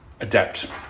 adapt